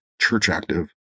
church-active